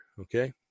okay